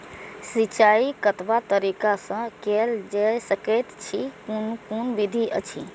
सिंचाई कतवा तरीका स के कैल सकैत छी कून कून विधि अछि?